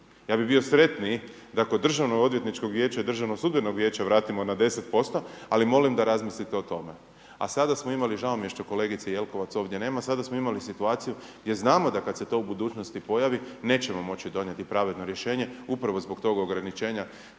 Ja bi bio sretniji da kod državno odvjetničkog vijeća i državnog sudbenog vijeća vratimo na 10%, ali molim da razmislite o tome. A sada smo imali, žao mi je što kolegice Jelkovac ovdje nema, sada smo imali situaciju jer znamo da kad se to u budućnosti pojavi, nećemo moći donijeti pravedno rješenje upravo zbog tog ograničenja